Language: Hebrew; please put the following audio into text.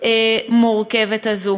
מורכבים האלה.